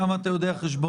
כמה אתה יודע חשבון.